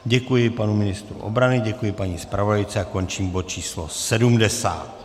Děkuji panu ministru obrany, děkuji paní zpravodajce a končím bod číslo 70.